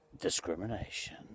discrimination